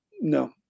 no